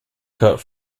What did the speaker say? cut